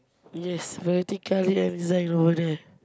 yes variety colour and design over there